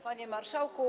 Panie Marszałku!